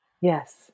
Yes